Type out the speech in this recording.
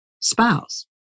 spouse